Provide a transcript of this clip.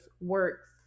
works